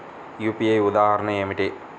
UPI ఉదాహరణ ఏమిటి?